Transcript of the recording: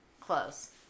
close